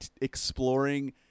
exploring